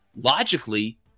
logically